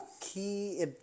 key